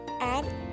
Add